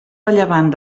rellevant